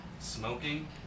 Smoking